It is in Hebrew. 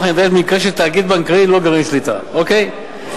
הנדרשת במקרה של תאגיד בנקאי ללא גרעין שליטה" אוקיי?